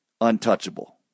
untouchable